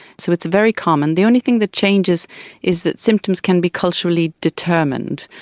so it's very common. the only thing that changes is that symptoms can be culturally determined.